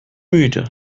müde